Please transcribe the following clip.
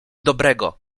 dobrego